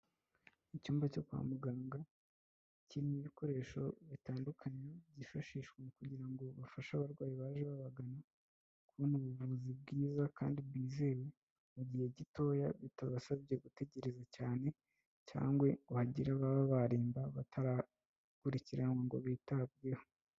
Icyumba cyo kwa muganga kirimo ibikoresho bitandukanye byifashishwa kugira ngo bafashe abarwayi baje babagana, kubona ubuvuzi bwiza kandi bwizewe mu gihe gitoya bitabasabye gutegereza cyane, cyangwa hagire ababa baremba batarakuriranwa ngo bitabweho.